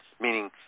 meaning